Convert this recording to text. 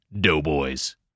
Doughboys